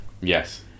Yes